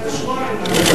ראינו ב-2008 מה היה.